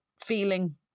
feeling